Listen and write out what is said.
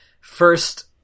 first